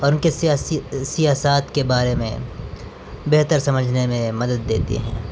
اور ان کے سیاسی سیاسات کے بارے میں بہتر سمجھنے میں مدد دیتے ہیں